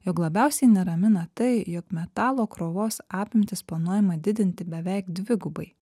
jog labiausiai neramina tai jog metalo krovos apimtis planuojama didinti beveik dvigubai